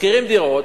שוכרים דירות,